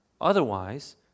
Otherwise